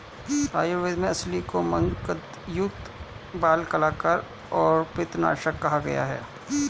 आयुर्वेद में अलसी को मन्दगंधयुक्त, बलकारक और पित्तनाशक कहा गया है